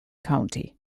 county